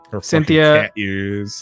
cynthia